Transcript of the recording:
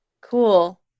Cool